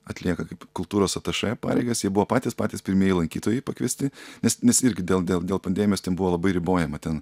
atlieka kaip kultūros atašė pareigas jie buvo patys patys pirmieji lankytojai pakviesti nes nes irgi dėl dėl dėl pandemijos ten buvo labai ribojama ten